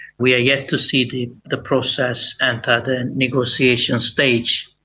we are yet to see the the process enter the negotiation stage.